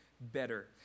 better